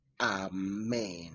Amen